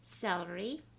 Celery